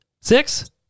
six